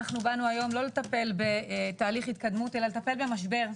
אנחנו באנו היום לא לטפל בתהליך התקדמות אלא לטפל במשבר.